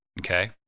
okay